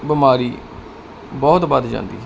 ਬਿਮਾਰੀ ਬਹੁਤ ਵੱਧ ਜਾਂਦੀ ਹੈ